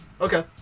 Okay